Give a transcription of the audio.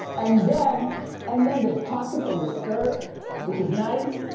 and then and then there are pockets on the skirt which is nice.